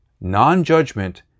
non-judgment